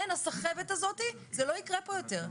הסחבת הזאת, זה לא יקרה פה יותר.